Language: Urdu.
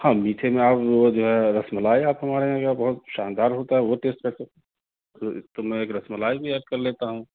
ہاں میٹھے میں آپ وہ جو ہے رس ملائی آپ ہمارے یہاں کا بہت شاندار ہوتا ہے وہ ٹیسٹ کر سکتے ہیں تو میں ایک رس ملائی بھی ایڈ کر لیتا ہوں